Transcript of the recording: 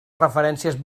referències